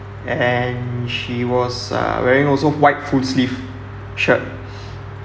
and she was uh wearing also white full sleeve shirt